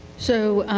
so,